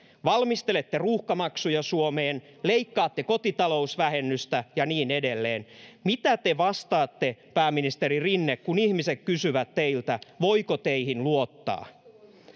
valmistelette ruuhkamaksuja suomeen leikkaatte kotitalousvähennystä ja niin edelleen mitä te vastaatte pääministeri rinne kun ihmiset kysyvät teiltä voiko teihin luottaa